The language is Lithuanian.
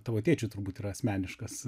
tavo tėčiui turbūt yra asmeniškas